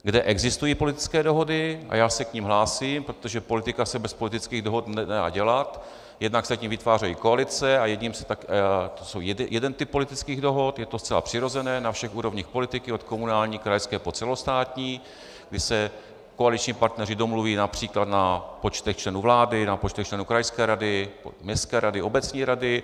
Kde existují politické dohody, a já se k nim hlásím, protože politika se bez politických dohod nedá dělat, jednak se k ní vytvářejí koalice, to je jeden typ politických dohod, je to zcela přirozené na všech úrovních politiky od komunální, krajské po celostátní, kdy se koaliční partneři domluví například na počtech členů vlády, na počtech členů krajské rady, městské rady, obecní rady.